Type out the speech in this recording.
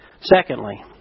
Secondly